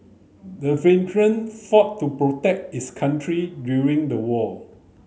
the veteran fought to protect his country during the war